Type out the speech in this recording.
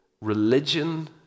religion